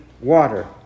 water